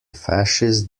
fascist